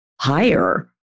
higher